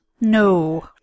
No